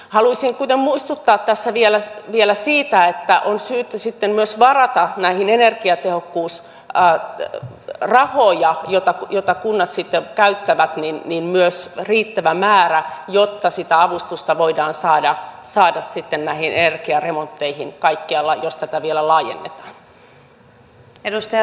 haluaisin muistuttaa tässä vielä siitä että on syytä sitten myös varata näihin energiatehokkuus ja työn rahoin ja energiatehokkuusrahoja joita kunnat sitten käyttävät riittävä määrä jotta sitä avustusta voidaan saada sitten näihin energiaremontteihin kaikkialla jos tätä vielä laajennetaan